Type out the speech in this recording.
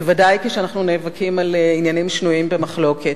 בוודאי כשאנחנו נאבקים על עניינים שנויים במחלוקת.